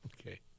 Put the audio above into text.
Okay